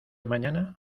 mañana